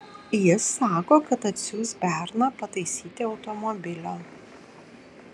jis sako kad atsiųs berną pataisyti automobilio